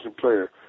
player